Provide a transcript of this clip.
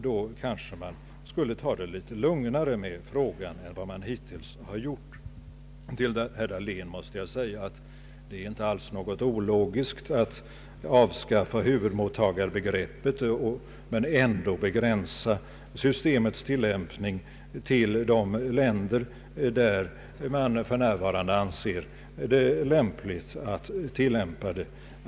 Då kunde man kanske ta det litet lugnare med frågan än vad man hittills har gjort. Till herr Dahlén måste jag säga, att det inte alls är något ologiskt i att avskaffa huvudmottagarbegreppet men ändå begränsa systemets tillämpning till de länder där man för närvarande anser det lämpligt att tillämpa det.